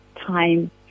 time